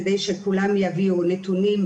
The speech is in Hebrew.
כדי שכולם יביאו נתונים,